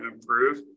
improve